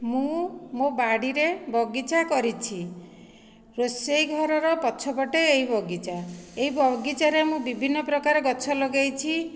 ମୁଁ ମୋ ବାଡ଼ିରେ ବଗିଚା କରିଛି ରୋଷେଇ ଘରର ପଛପଟେ ଏହି ବଗିଚା ଏହି ବଗିଚାରେ ମୁଁ ବିଭିନ୍ନ ପ୍ରକାର ଗଛ ଲଗେଇଛି